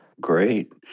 Great